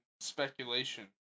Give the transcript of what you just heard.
speculation